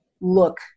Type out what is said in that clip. look